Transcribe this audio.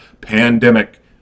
pandemic